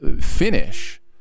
finish